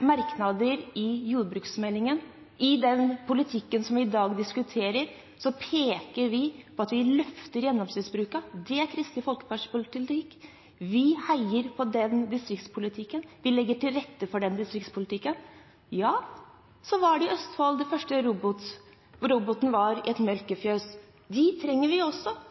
merknader i forbindelse med jordbruksmeldingen, i den politikken som vi i dag diskuterer, peker vi på at vi løfter gjennomsnittsbrukene. Det er Kristelig Folkepartis politikk. Vi heier på en slik distriktspolitikk. Vi legger til rette for en slik distriktspolitikk. Det var i Østfold den første melkeroboten var i et fjøs. Dem trenger vi også,